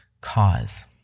cause